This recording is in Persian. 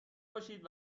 باشید